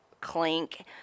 Clink